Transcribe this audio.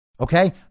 Okay